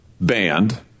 banned